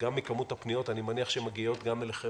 גם מכמות הפניות אני מניח שמגיעות פניות גם אליכם,